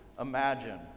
imagine